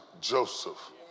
Joseph